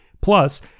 Plus